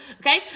Okay